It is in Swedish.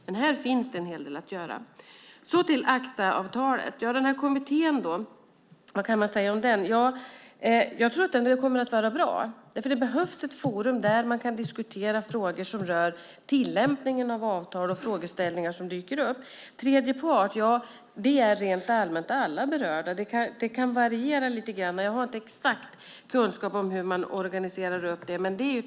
Men här finns en hel del att göra. Jag går över till ACTA-avtalet. Vad kan man säga om kommittén? Jag tror att den kommer att vara bra. Det behövs ett forum där man kan diskutera frågor som rör tillämpningen av avtal och frågor som dyker upp. Vad gäller tredje part är det rent allmänt alla berörda. Det kan variera lite grann. Jag har inte exakt kunskap om hur man organiserar det.